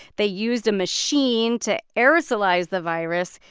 they used a machine to aerosolize the virus.